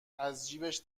ازجیبش